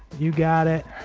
you got it